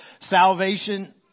salvation